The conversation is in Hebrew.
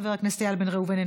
חבר הכנסת איל בן ראובן,